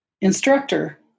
instructor